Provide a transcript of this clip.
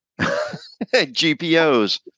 GPOs